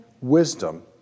wisdom